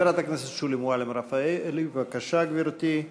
חברת הכנסת שולי מועלם-רפאלי, בבקשה, גברתי.